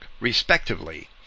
respectively